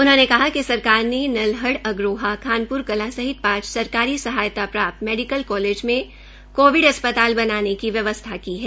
उन्होंने कहा कि सरकार ने नल्हड़ आग्रोहा खानप्र कलां सहित पांच सरकारी सहायता प्राप्त मेडिकल कालेज में कोविड अस्पताल बनाने की व्यवसथा की है